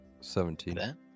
Seventeen